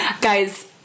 guys